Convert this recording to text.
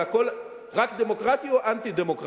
זה הכול דמוקרטי או אנטי-דמוקרטי.